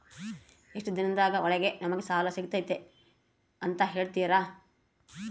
ಎಷ್ಟು ದಿನದ ಒಳಗೆ ನಮಗೆ ಸಾಲ ಸಿಗ್ತೈತೆ ಅಂತ ಹೇಳ್ತೇರಾ?